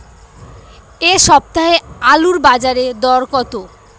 এ সপ্তাহে আলুর বাজারে দর কত?